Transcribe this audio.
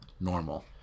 normal